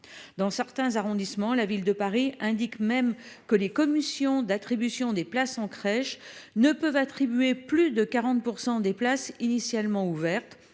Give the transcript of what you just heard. Dans certains arrondissements, la Ville de Paris indique même que les commissions d'attribution des places en crèche ne peuvent attribuer plus de 40 % des places initialement ouvertes,